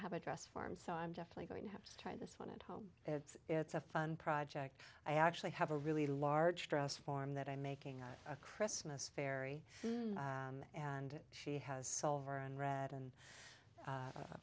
have a dress form so i'm definitely going to have to try this one at home it's a fun project i actually have a really large dress form that i'm making out a christmas fairy and she has solver and red and